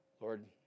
Lord